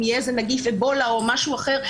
אם יהיה איזה נגיף אבולה או משהו אחר,